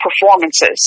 performances